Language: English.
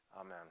Amen